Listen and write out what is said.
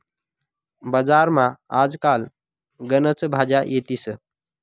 बजारमा आज काल गनच भाज्या येतीस